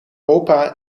opa